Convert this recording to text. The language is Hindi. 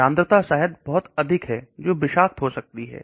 सांद्रता शायद बहुत है जो बात हो सकती है